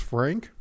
Frank